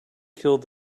killed